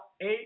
eight